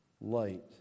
light